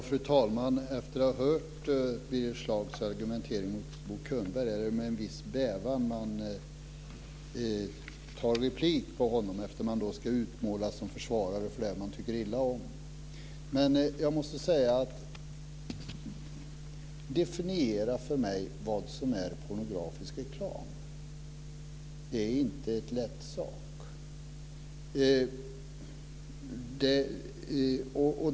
Fru talman! Efter att ha hört Birger Schlaugs argumentering mot Bo Könberg är det med en viss bävan man begär replik på honom, om man då ska utmålas som försvarare av det som man tycker illa om. Definiera för mig vad som är pornografisk reklam! Det är inte en lätt sak.